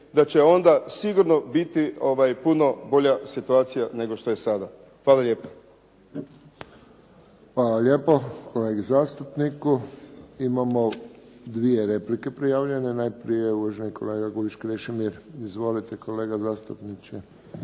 da će onda sigurno biti puno bolja situacija nego što je sada. Hvala lijepa. **Friščić, Josip (HSS)** Hvala lijepo kolegi zastupniku. Imamo dvije replike prijavljene. Najprije uvaženi kolega Gulić Krešimir. Izvolite. **Gulić,